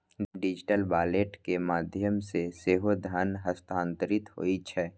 digital wallet के माध्यम सं सेहो धन हस्तांतरित होइ छै